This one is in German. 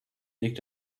legt